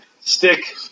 Stick